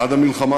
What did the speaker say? עד המלחמה